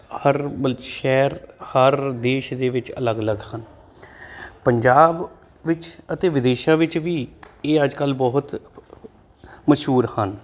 ਹਰ ਬਲ ਸ਼ਹਿਰ ਹਰ ਦੇਸ਼ ਦੇ ਵਿੱਚ ਅਲੱਗ ਅਲੱਗ ਹਨ ਪੰਜਾਬ ਵਿੱਚ ਅਤੇ ਵਿਦੇਸ਼ਾਂ ਵਿੱਚ ਵੀ ਇਹ ਅੱਜ ਕੱਲ੍ਹ ਬਹੁਤ ਮਸ਼ਹੂਰ ਹਨ